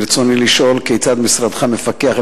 רצוני לשאול: 1. כיצד מפקח משרדך על